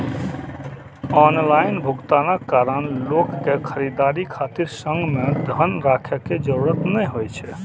online भुगतानक कारण लोक कें खरीदारी खातिर संग मे धन राखै के जरूरत नै होइ छै